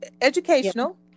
Educational